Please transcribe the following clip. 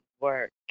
work